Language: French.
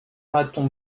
raton